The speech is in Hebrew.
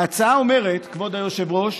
ההצעה אומרת, כבוד היושב-ראש,